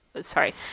sorry